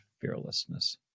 fearlessness